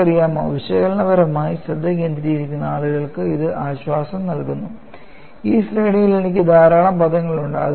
നിങ്ങൾക്കറിയാമോ വിശകലനപരമായി ശ്രദ്ധ കേന്ദ്രീകരിക്കുന്ന ആളുകൾക്ക് ഇത് ആശ്വാസം നൽകുന്നു ഈ ശ്രേണിയിൽ എനിക്ക് ധാരാളം പദങ്ങളുണ്ട്